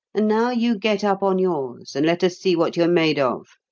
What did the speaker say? and now you get up on yours and let us see what you're made of.